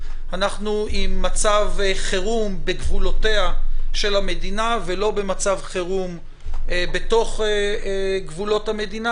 אנחנו במצב חירום בגבולותיה של המדינה ולא במצב חירום בגבולות המדינה,